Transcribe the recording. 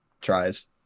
tries